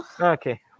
Okay